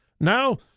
Now